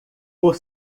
por